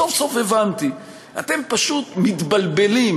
סוף-סוף הבנתי: אתם פשוט מתבלבלים.